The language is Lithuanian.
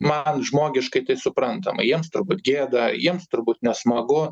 man žmogiškai suprantama jiems turbūt gėda jiems turbūt nesmagu